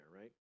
right